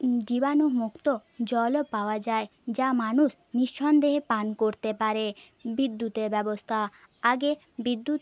জীবাণুমুক্ত জলও পাওয়া যায় যা মানুষ নিঃসন্দেহে পান করতে পারে বিদ্যুতের ব্যবস্থা আগে বিদ্যুৎ